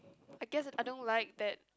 I guess I don't like that